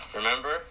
Remember